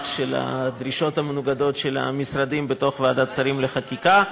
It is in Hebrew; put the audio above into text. הדרישות המנוגדות של המשרדים בוועדת השרים לחקיקה.